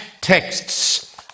texts